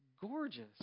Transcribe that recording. gorgeous